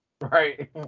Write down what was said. Right